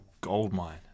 goldmine